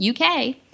UK